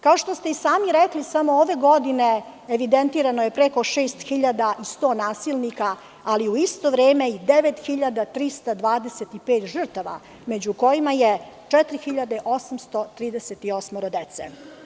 Kao što ste i sami rekli, samo ove godine evidentirano je preko 6.100 nasilnika, ali u isto vreme i 9.325 žrtava, među kojima je i 4.838 dece.